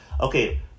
okay